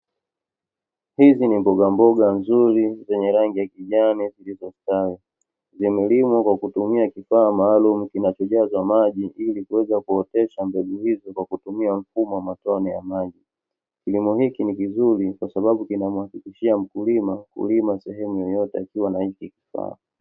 Hizi ni mbogamboga nzuri zenye rangi ya kijani zilizostawi, zimelimwa kwa kutumia kifaa maalumu kinachojazwa maji ili kuweza kuotesha mbegu hizi kwa kutumia mfumo wa matone ya maji. Kilimo hiki ni kizuri kwasababu kinamhakikishia mkulima kulima sehemu yoyote akiwa na hiki kifaa.